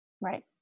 right